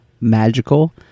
magical